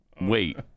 Wait